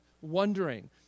wondering